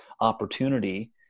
opportunity